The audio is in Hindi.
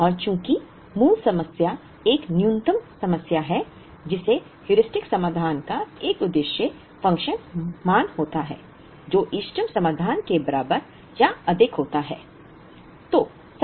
और चूँकि मूल समस्या एक न्यूनतम समस्या है जिसे हेयुरिस्टिक समाधान का एक उद्देश्य फ़ंक्शन मान होता है जो इष्टतम समाधान के बराबर या अधिक होता है